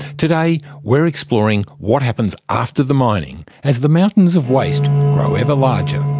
today, we're exploring what happens after the mining, as the mountains of waste grow ever larger.